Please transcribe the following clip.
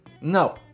No